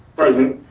present.